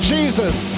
Jesus